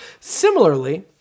Similarly